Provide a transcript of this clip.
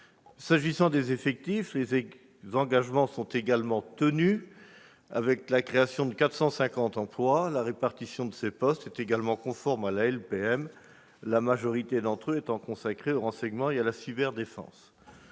S'agissant des effectifs, les engagements sont également tenus, avec la création de 450 emplois. La répartition de ces postes est également conforme à la loi de programmation militaire, la majorité d'entre eux étant consacrée au renseignement et à la cyberdéfense.